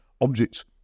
objects